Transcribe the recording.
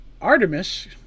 Artemis